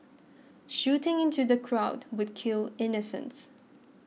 shooting into the crowd would kill innocents